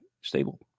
stable